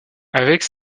avec